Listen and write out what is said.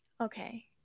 Okay